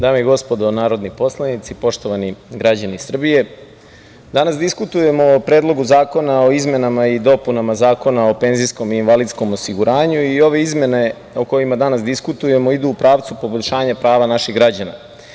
Dame i gospodo narodni poslanici, poštovani građani Srbije, danas diskutujemo o Predlogu zakona o izmenama i dopunama Zakona o penzijskom i invalidskom osiguranju i ove izmene o kojima danas diskutujemo idu u pravcu poboljšanja prava naših građana.